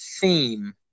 theme